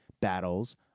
battles